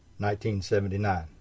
1979